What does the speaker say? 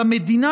על המדינה,